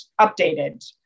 updated